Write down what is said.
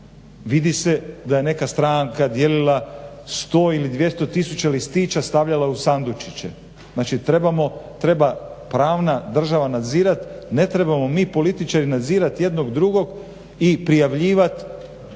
vidi se da je neka stranka dijelila 100 ili 200 tisuća listića, stavljala u sandučiće. Znači trebamo, treba pravna država nadzirat, ne trebam mi političari nadzirat jednog, drugog i prijavljivat